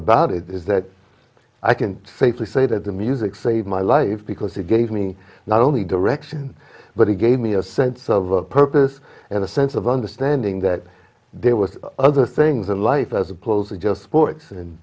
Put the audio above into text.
about it is that i can safely say that the music saved my life because it gave me not only direction but it gave me a sense of purpose and a sense of understanding that there was other things in life as opposed to just sports and